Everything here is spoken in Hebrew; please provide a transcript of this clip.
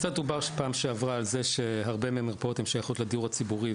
קצת דובר בפעם שעברה על זה שהרבה מהמרפאות שייכות לדיור הציבורי,